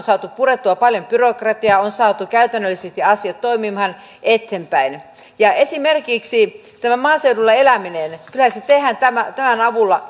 on saatu purettua paljon byrokratiaa on saatu käytännöllisesti asiat toimimaan eteenpäin esimerkiksi kyllähän tämä maaseudulla eläminen tehdään tämän avulla